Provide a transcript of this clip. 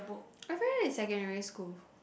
I read it secondary school